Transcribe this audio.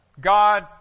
God